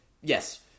Yes